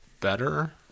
better